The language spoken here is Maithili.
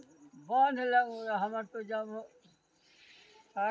सतही जल संसाधन मे नदी, तालाब, झील इत्यादि अबै छै